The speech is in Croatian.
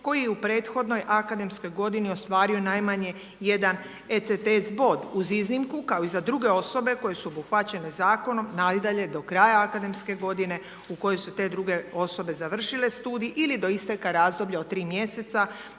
koji je u prethodnoj akademskoj godini ostvario najmanje jedan ECTS bod uz iznimku kao i za druge osobe koje su obuhvaćene zakonom, nadalje do kraja akademske godine u kojoj su te druge osobe završile studij ili do isteka razdoblja od 3 mjeseca